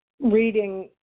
reading